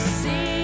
see